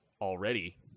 already